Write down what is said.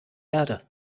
erde